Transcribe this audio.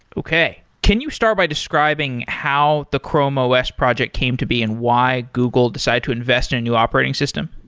okay. can you start by describing how the chrome os project came to be and why google decided to invest in a new operating system?